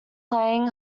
playing